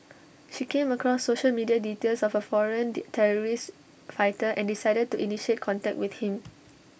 she came across social media details of A foreign terrorist fighter and decided to initiate contact with him